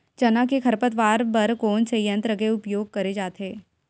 चना के खरपतवार बर कोन से यंत्र के उपयोग करे जाथे?